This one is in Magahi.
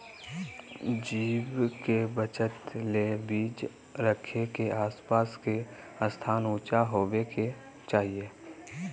बीज के बचत ले बीज रखे के आस पास के स्थान ऊंचा होबे के चाही